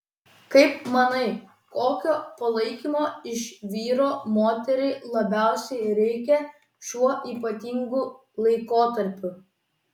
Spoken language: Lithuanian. kaip manai kokio palaikymo iš vyro moteriai labiausiai reikia šiuo ypatingu laikotarpiu